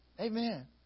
amen